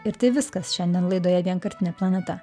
ir tai viskas šiandien laidoje vienkartinė planeta